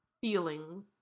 feelings